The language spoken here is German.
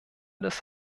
des